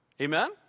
Amen